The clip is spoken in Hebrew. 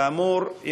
כאמור,